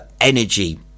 energy